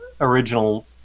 original